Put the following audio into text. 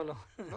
התש"ף-2020.